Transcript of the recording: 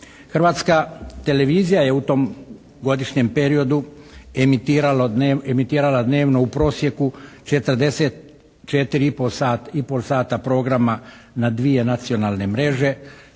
Hrvatska televizija je u tom godišnjem periodu emitirala dnevno u prosjeku 44,30 sata programa na dvije nacionalne mreže,